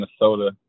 Minnesota